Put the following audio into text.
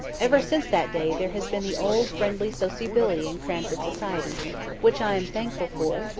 ever since that day there has been the old friendly sociability in cranford society which i am thankful for,